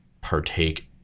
partake